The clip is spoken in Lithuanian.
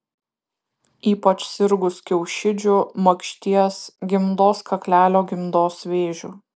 ypač sirgus kiaušidžių makšties gimdos kaklelio gimdos vėžiu